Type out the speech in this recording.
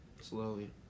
slowly